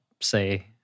say